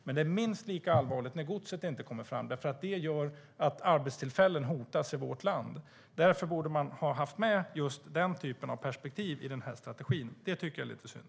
Men det är minst lika allvarligt när godset inte kommer fram, för det gör att arbetstillfällen hotas i vårt land. Därför borde man ha haft med den typen av perspektiv i strategin. Jag tycker att det är lite synd.